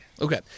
Okay